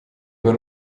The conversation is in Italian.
per